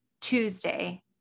Tuesday